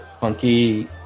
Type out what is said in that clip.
Funky